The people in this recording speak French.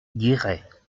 guéret